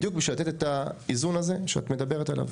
בדיוק בשביל לתת את האיזון הזה שאת מדברת עליו.